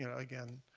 yeah again,